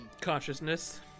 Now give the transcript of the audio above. Consciousness